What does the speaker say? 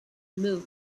blows